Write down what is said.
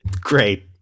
Great